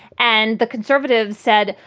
and the conservatives said,